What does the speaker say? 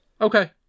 Okay